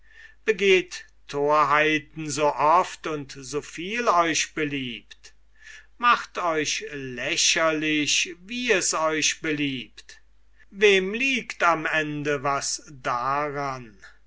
begeht torheiten so oft und so viel euch beliebt macht euch lächerlich wie es euch beliebt wem liegt am ende was daran